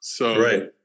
Right